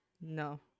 no